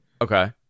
Okay